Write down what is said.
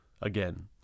again